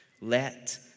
Let